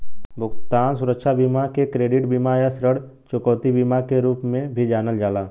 भुगतान सुरक्षा बीमा के क्रेडिट बीमा या ऋण चुकौती बीमा के रूप में भी जानल जाला